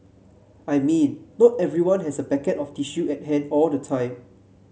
I mean not everyone has a packet of tissue at hand all the time